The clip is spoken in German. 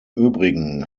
übrigen